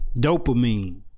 Dopamine